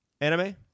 anime